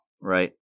right